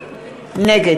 נגד